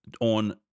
on